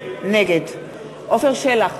נגד עפר שלח,